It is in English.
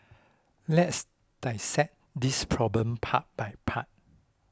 let's dissect this problem part by part